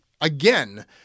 again